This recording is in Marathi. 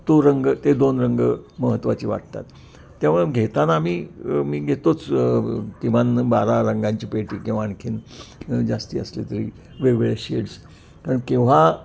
तो रंग ते दोन रंग महत्त्वाचे वाटतात त्यामुळं घेताना आम्ही मी घेतोच किमान बारा रंगांची पेटी किंवा आणखीन जास्ती असली तरी वेगवेगळ्या शेड्स कारण केव्हा